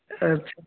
ଆଚ୍ଛା